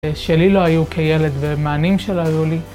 שלי לא היו כילד ומענים שלא היו לי